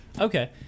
Okay